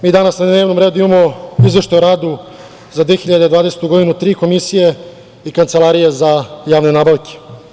Mi danas na dnevnom redu imamo izveštaj o radu za 2020. godinu, tri komisije i Kancelarije za javne nabavke.